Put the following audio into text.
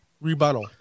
rebuttal